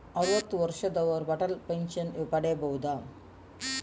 ಅರುವತ್ತು ವರ್ಷದವರು ಅಟಲ್ ಪೆನ್ಷನ್ ಪಡೆಯಬಹುದ?